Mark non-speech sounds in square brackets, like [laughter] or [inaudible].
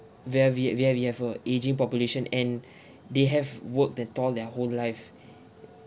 where we where we have a ageing population and [breath] they have work the tall their whole life [breath]